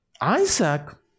Isaac